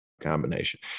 combination